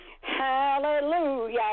Hallelujah